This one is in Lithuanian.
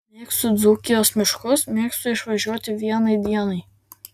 mėgstu dzūkijos miškus mėgstu išvažiuoti vienai dienai